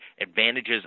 advantages